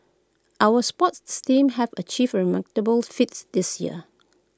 our sports teams have achieved remarkable feats this year